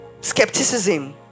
skepticism